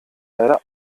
leider